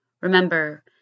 Remember